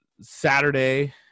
Saturday